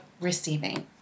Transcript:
receiving